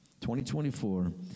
2024